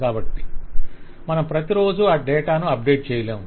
కాబట్టి మనం ప్రతిరోజూ ఆ డేటాను అప్డేట్ చేయలేము